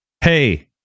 hey